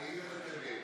אני אגיד לך את האמת,